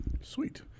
Sweet